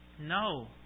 no